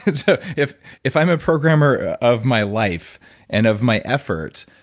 and so, if if i'm a programmer of my life and of my efforts,